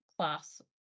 class